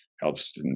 helps